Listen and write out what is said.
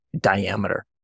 diameter